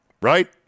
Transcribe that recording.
Right